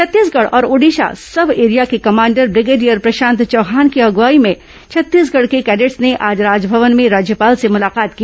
छत्तीसगढ़ और Odisha sub area के commander brigadier Prashant Chauhan की अग्रवाई में छत्तीसगढ़ के कैडेटस ने आज राजभवन में राज्यपाल से मुलाकात की